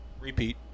Repeat